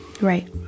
right